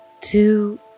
Two